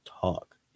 talk